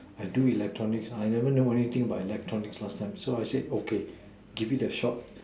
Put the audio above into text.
I do electronics I never know anything about electronics last time so I say okay give it a shot